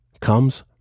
comes